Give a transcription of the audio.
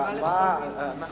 אני מסכימה לכל מלה.